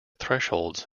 thresholds